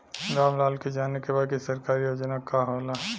राम लाल के जाने के बा की सरकारी योजना का होला?